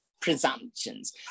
presumptions